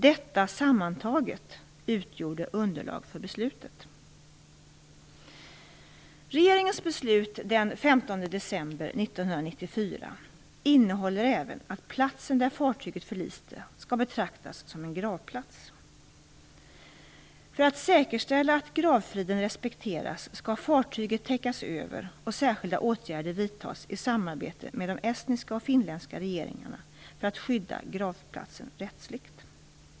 Detta sammantaget utgjorde underlag för beslutet. Regeringens beslut den 15 december 1994 innebär även att platsen där fartyget förliste skall betraktas som en gravplats. För att säkerställa att gravfriden respekteras skall fartyget täckas över, och särskilda åtgärder vidtas i samarbete med de estniska och finska regeringarna för att skydda gravplatsen rättsligt.